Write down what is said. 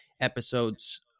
episodes